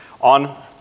on